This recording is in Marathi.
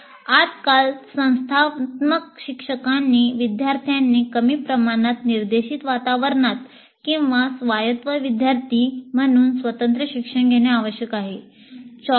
आजकाल संस्थात्मक शिक्षकांनी विद्यार्थ्यांनी कमी प्रमाणात निर्देशित वातावरणात किंवा स्वायत्त विद्यार्थी म्हणून स्वतंत्र शिक्षण घेणे आवश्यक आहे